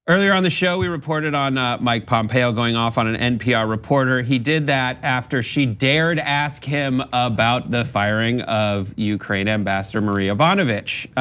earlier on the show, we reported on mike pompeo going off on an npr reporter. he did that after she dared ask him about the firing of ukraine ambassador, marie yovanovitch.